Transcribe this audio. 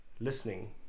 listening